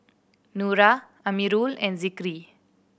Nura Amirul and Zikri